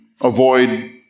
avoid